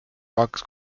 kaks